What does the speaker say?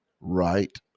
right